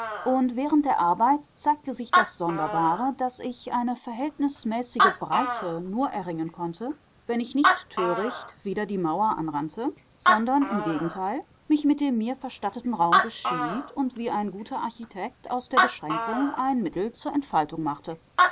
und während der arbeit zeigte sich das sonderbare daß ich eine verhältnismäßige breite nur erringen konnte wenn ich nicht töricht wider die mauer anrannte sondern im gegenteil mich mit dem mir verstatteten raum beschied und wie ein guter architekt aus der beschränkung ein mittel zur entfaltung machte